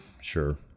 Sure